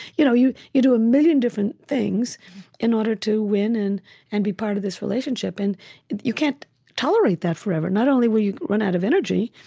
you know you you do a million different things in order to win and and be part of this relationship, and you can't tolerate that forever. not only will you run out of energy,